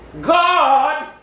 God